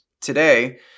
today